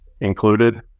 included